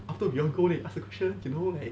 after we all go then you ask the question you know like